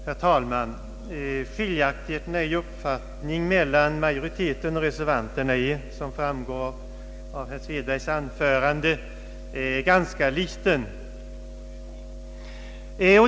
Herr talman! Skiljaktigheterna i uppfattning mellan majoriteten och reservanterna är, såsom framgår av herr Svedbergs anförande, ganska små.